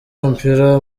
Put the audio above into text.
w’umupira